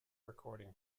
recording